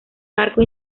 marco